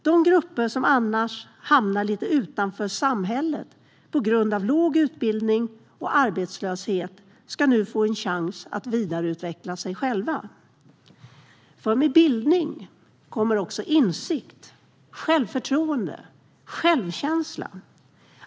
De grupper som annars hamnar lite utanför samhället på grund av låg utbildning och arbetslöshet ska nu få en chans att vidareutveckla sig själva. För med bildning kommer också insikt, självförtroende och självkänsla.